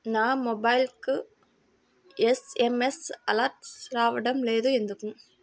నా మొబైల్కు SMS alerts రావడం లేదు ఎందుకు?